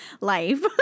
life